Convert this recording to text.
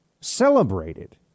celebrated